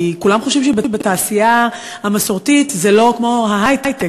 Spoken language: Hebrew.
כי כולם חושבים שבתעשייה המסורתית זה לא כמו ההיי-טק,